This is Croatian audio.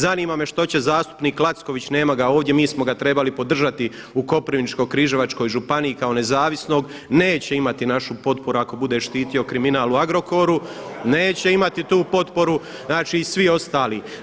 Zanima me što će zastupnik Lacković nema ga ovdje, mi smo ga trebali podržati u Koprivničko-križevačkoj županiji kao nezavisnog, neće imati našu potporu ako bude štitio kriminal u Agrokoru, neće imati tu potporu znači i svi ostali.